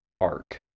arc